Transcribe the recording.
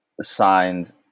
signed